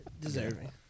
Deserving